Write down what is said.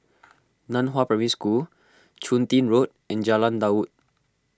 Nan Hua Primary School Chun Tin Road and Jalan Daud